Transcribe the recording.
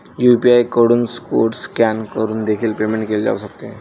UPI कडून code scan करून देखील पेमेंट केले जाऊ शकते